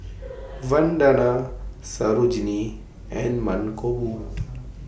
Vandana Sarojini and Mankombu